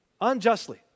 unjustly